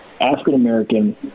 African-American